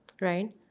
Right